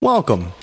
Welcome